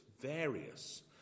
various